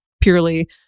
purely